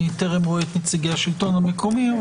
אני טרם רואה את נציגי השלטון המקומי.